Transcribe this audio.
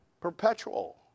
Perpetual